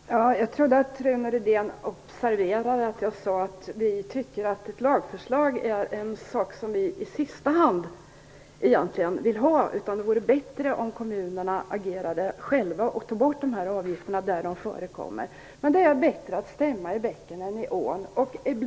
Herr talman! Jag trodde att Rune Rydén observerade vad jag sade: Ett lagförslag är något som vi i sista hand vill ha. Det vore bättre om kommunerna själva agerade och tog bort avgifterna där de förekommer. Men det är bättre att stämma i bäcken än i ån.